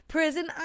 Prison